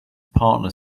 partner